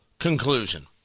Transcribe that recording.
conclusion